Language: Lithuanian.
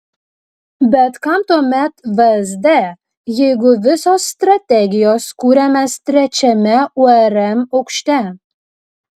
bet kam tuomet vsd jeigu visos strategijos kuriamos trečiame urm aukšte